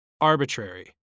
arbitrary